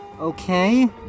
Okay